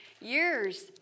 years